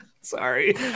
Sorry